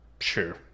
Sure